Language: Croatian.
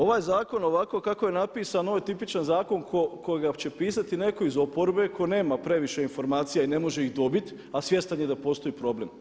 Ovaj zakon ovako kako je napisan ovo je tipičan zakon kojeg ako će pisati netko iz oporbe tko nema previše informacija i ne može ih dobiti a svjestan je da postoji problem.